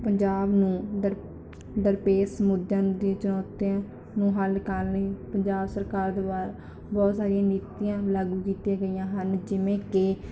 ਪੰਜਾਬ ਨੂੰ ਦਰ ਦਰਪੇਸ ਮੁਦਿਆਂ ਦੀ ਚੁਣੌਤੀਆਂ ਨੂੰ ਹੱਲ ਕਰਨ ਲਈ ਪੰਜਾਬ ਸਰਕਾਰ ਦੁਆਰਾ ਬਹੁਤ ਸਾਰੀਆਂ ਨੀਤੀਆਂ ਲਾਗੂ ਕੀਤੀਆਂ ਗਈਆਂ ਹਨ ਜਿਵੇਂ ਕਿ